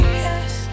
yes